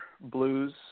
blues